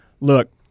look